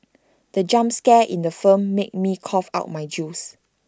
the jump scare in the film made me cough out my juice